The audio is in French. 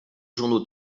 journaux